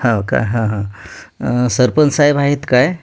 हो का हां हां सरपंच साहेब आहेत काय